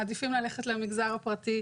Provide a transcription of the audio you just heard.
מעדיפים ללכת למגזר הפרטי,